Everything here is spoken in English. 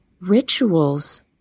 Rituals